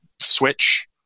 Switch